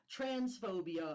transphobia